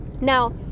now